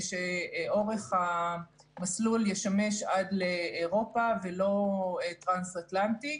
שאורך המסלול שישי עד לאירופה ולא טרנס אטלנטי,